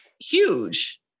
huge